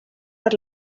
per